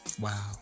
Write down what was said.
Wow